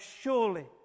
surely